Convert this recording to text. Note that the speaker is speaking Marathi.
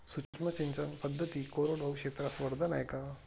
सूक्ष्म सिंचन पद्धती कोरडवाहू क्षेत्रास वरदान आहे का?